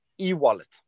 e-wallet